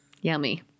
Yummy